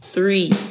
Three